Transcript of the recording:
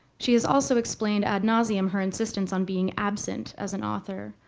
she has also explained ad nauseum her insistence on being absent as an author.